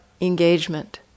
engagement